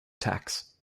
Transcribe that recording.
tax